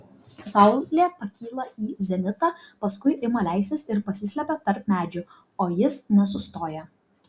saulė pakyla į zenitą paskui ima leistis ir pasislepia tarp medžių o jis nesustoja